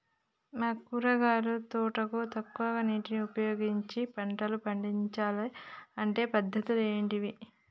మా కూరగాయల తోటకు తక్కువ నీటిని ఉపయోగించి పంటలు పండించాలే అంటే పద్ధతులు ఏంటివి?